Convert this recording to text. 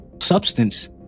Substance